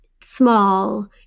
small